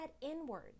inward